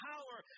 Power